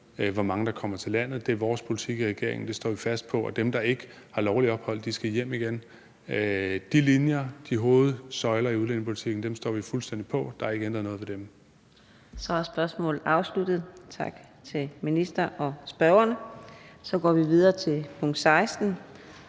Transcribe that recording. hvor mange der kommer til landet. Det er vores politik i regeringen, og det står vi fast på, og dem, der ikke har lovligt ophold, skal hjem igen. De linjer, de hovedsøjler i udlændingepolitikken, står vi fuldstændig fast på. Der er ikke ændret noget ved dem. Kl. 14:44 Fjerde næstformand (Karina Adsbøl): Så er spørgsmålet afsluttet. Tak til minister og spørgere. Så går vi videre til spørgsmål